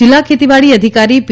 જિલ્લા ખેતીવાડી અધિકારી પી